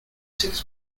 six